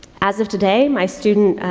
as of today, my student,